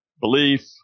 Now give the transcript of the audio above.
belief